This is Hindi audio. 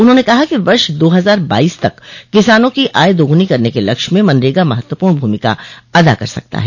उन्होंने कहा कि वर्ष दो हजार बाईस तक किसानों को आय दोगूनी करने के लक्ष्य में मनरेगा महत्वपूर्ण भूमिका अदा कर सकता है